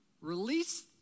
Release